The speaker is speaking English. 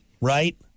right